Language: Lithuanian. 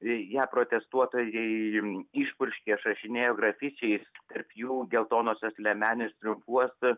ją protestuotojai išpurškė išrašinėjo grafičiais tarp jų geltonosios liemenės triumfuos